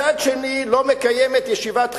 מצד שני, לא מקיימת ישיבת חירום.